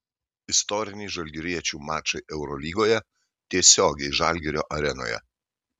istoriniai žalgiriečių mačai eurolygoje tiesiogiai žalgirio arenoje